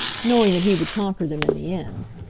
knowing that he would conquer them in the end.